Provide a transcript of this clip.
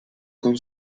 con